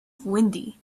windy